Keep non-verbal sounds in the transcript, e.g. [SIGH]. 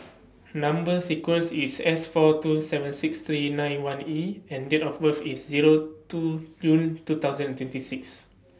[NOISE] Number sequence IS S four two seven six three nine one E and Date of birth IS Zero two June two thousand and twenty six